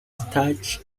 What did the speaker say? starch